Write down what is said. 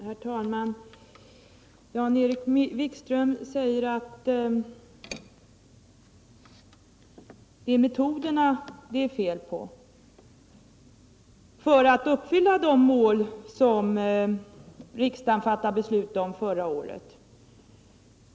Herr talman! Jan-Erik Wikström sade att det är fel på metoderna när det gäller att nå de mål som riksdagen fattade beslut om förra året.